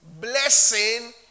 blessing